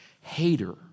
Hater